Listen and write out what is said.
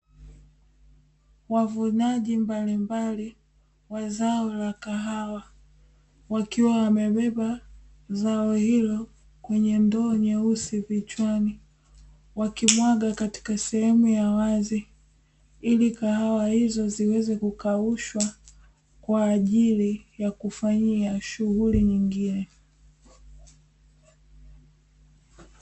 Wavunaji mbalimbali wa zao la kahawa, wakiwa wamebeba zao hilo kwenye ndoo nyeusi vichwani, wakimwaga katika sehemu ya wazi, ili kahawa hizo ziweze kukaushwa kwa ajili ya kufanyia shughuli nyingine.